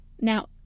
Now